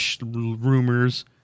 rumors